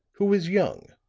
who was young,